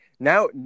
Now